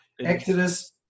Exodus